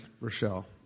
Rochelle